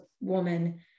woman